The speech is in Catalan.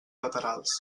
laterals